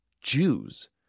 Jews